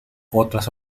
otras